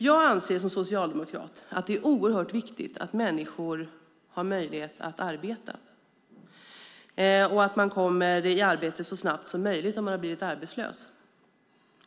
Jag anser som socialdemokrat att det är oerhört viktigt att människor har möjlighet att arbeta och att man kommer i arbete så snabbt som möjligt om man har blivit arbetslös.